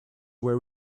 were